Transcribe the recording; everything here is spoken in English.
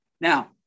Now